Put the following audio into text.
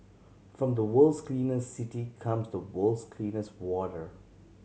from the world's cleanest city comes the world's cleanest water